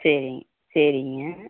சரிங் சரிங்க